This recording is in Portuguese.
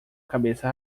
cabeça